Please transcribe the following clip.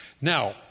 Now